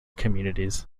communities